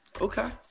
Okay